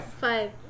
five